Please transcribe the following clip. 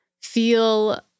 feel